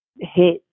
hit